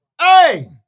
Hey